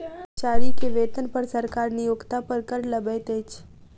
कर्मचारी के वेतन पर सरकार नियोक्ता पर कर लगबैत अछि